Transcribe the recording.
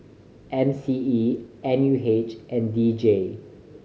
M C E N U H and D J